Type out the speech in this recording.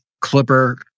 clipper